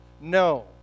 No